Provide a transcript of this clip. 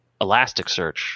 Elasticsearch